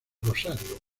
rosario